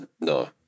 No